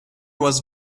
was